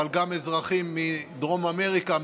אבל גם אזרחים מדרום אמריקה,